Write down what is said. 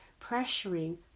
pressuring